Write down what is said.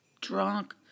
drunk